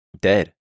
dead